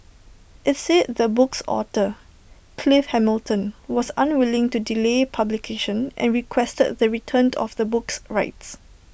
IT said the book's author Clive Hamilton was unwilling to delay publication and requested the return of the book's rights